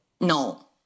No